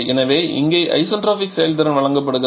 எனவே இங்கே ஐசென்ட்ரோபிக் செயல்திறன் வழங்கப்படுகிறது